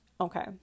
Okay